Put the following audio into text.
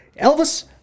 Elvis